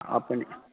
अपने